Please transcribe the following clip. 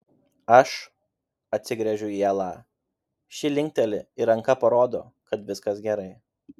aš atsigręžiu į elą ši linkteli ir ranka parodo kad viskas gerai